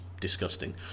disgusting